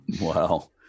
Wow